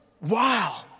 Wow